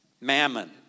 Mammon